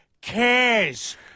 cares